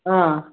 ஆ